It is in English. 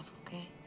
okay